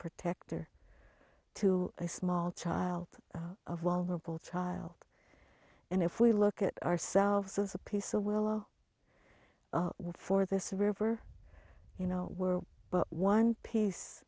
protector to a small child a vulnerable child and if we look at ourselves as a piece so well for this river you know we're one piece